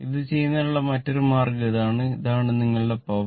ഇത് ചെയ്യുന്നതിനുള്ള മറ്റൊരു മാർഗ്ഗം ഇതാണ് ഇതാണ് നിങ്ങളുടെ പവർ